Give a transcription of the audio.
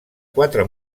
quatre